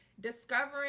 discovering